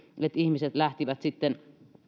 että ihmiset lähtivät sitten